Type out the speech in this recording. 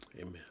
Amen